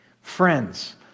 Friends